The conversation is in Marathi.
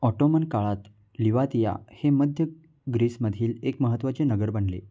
ऑटोमन काळात लिवातिया हे मध्य ग्रीसमधील एक महत्त्वाचे नगर बनले